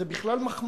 זו בכלל מחמאה.